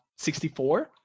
64